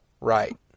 Right